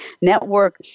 network